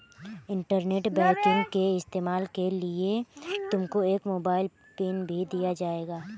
internet banking के इस्तेमाल के लिए तुमको एक मोबाइल पिन भी दिया जाएगा